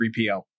3PL